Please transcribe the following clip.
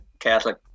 Catholic